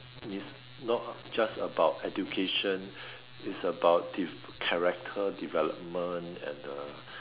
is not just about education is about dev character development and uh